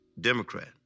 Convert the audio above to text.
Democrat